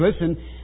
listen